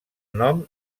nom